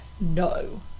no